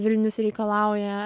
vilnius reikalauja